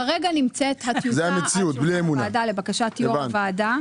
כרגע נמצאת הטיוטה בפני הוועדה לבקשת יושב ראש הוועדה